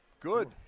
good